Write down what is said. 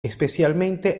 especialmente